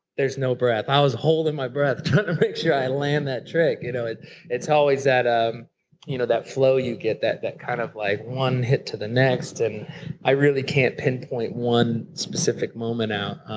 there's no breath. i was holding my breath trying to make sure i land that last trick, you know, and it's always that um you know that flow you get, that that kind of like one hit to the next. and i really can't pinpoint one specific moment out.